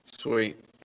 Sweet